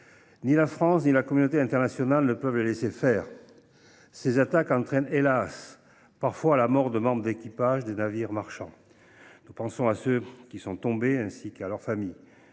Ni la France ni la communauté internationale ne peuvent les laisser faire ! Hélas ! ces attaques entraînent parfois la mort de membres d’équipage des navires marchands. Nous pensons à ceux qui sont tombés, ainsi qu’à leur famille.